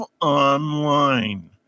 Online